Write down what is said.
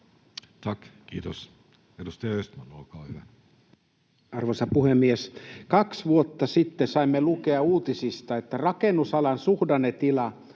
Time: 15:22 Content: Arvoisa puhemies! Kaksi vuotta sitten saimme lukea uutisista, että rakennusalan suhdannetilanne